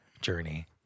journey